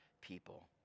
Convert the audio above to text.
people